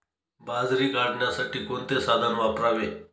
बाजरी काढण्यासाठी कोणते साधन वापरावे?